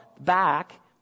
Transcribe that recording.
back